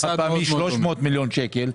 החד-פעמי 300 מיליון שקל.